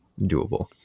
doable